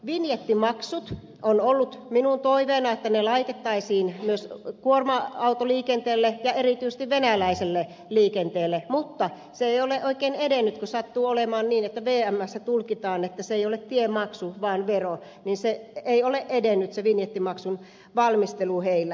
vinjettimaksut ovat olleet minulla toiveena että ne laitettaisiin myös kuorma autoliikenteelle ja erityisesti venäläiselle liikenteelle mutta kun sattuu olemaan niin että vmssä tulkitaan että se ei ole tiemaksu vaan vero niin ei ole oikein edennyt se vinjettimaksun valmistelu heillä